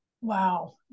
Wow